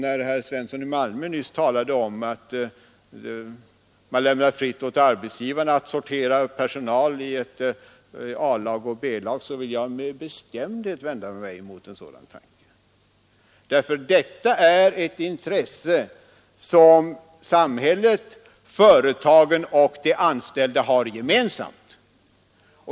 När herr Svensson i Malmö nyss talade om att man lämnade fritt åt arbetsgivarna att sortera personal i ett A-lag och ett B-lag måste jag med bestämdhet vända mig emot en sådan tanke. Detta är ett intresse som samhället, företagen och de anställda har gemensamt.